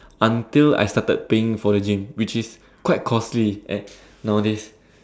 until I started paying for the gym which is quite costly nowadays